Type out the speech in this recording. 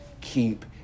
keep